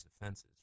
offenses